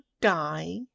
die